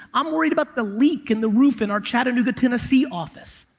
i'm worried about the leak in the roof in our chattanooga tennessee office.